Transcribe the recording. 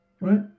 right